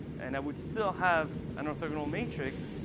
and i would still have an orthogonal matrix.